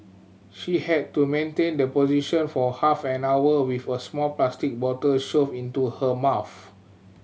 she had to maintain the position for half an hour with a small plastic bottle shoved into her mouth